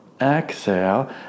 exhale